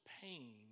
pain